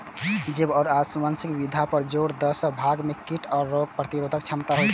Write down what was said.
जैव आ आनुवंशिक विविधता पर जोर दै सं बाग मे कीट आ रोग प्रतिरोधक क्षमता होइ छै